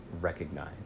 recognize